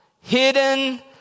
hidden